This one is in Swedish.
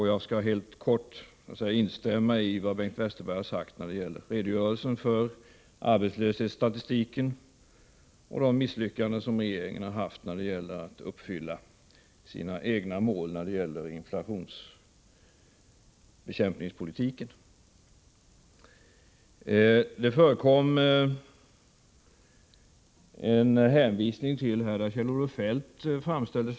Jag skall helt kort instämma i vad Bengt Westerberg har sagt när det gäller redogörelsen för arbetslöshetsstatistiken och de misslyckanden som regeringen har drabbats av när den skall uppfylla regeringens egna mål för inflationsbekämpningen. Kjell-Olof Feldt framställde sig själv och sitt parti i en positiv dager.